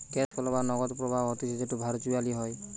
cash flow বা নগদ প্রবাহ হতিছে যেটো ভার্চুয়ালি হয়